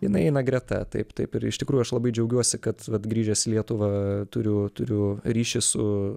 jinai eina greta taip taip ir iš tikrųjų aš labai džiaugiuosi kad vat grįžęs į lietuvą turiu turiu ryšį su